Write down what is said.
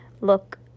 Look